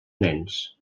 nens